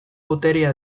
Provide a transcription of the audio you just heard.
boterea